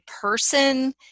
person